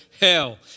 hell